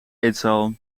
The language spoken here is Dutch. eetzaal